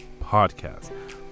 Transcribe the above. podcast